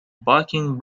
bucking